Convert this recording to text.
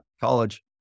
college